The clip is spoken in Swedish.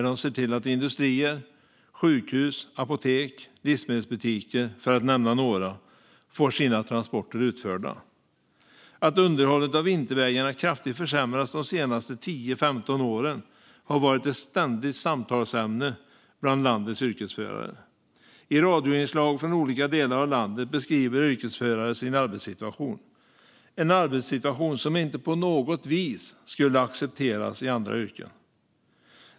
De ser till att industrier, sjukhus, apotek, livsmedelsbutiker - för att nämna några - får sina transporter utförda. Att underhållet av vintervägarna kraftigt försämrats de senaste 10-15 åren har varit ett ständigt samtalsämne bland landets yrkesförare. I radioinslag från olika delar av landet beskriver yrkesförare sin arbetssituation. Det är en arbetssituation som inte på något vis skulle accepteras i andra yrken.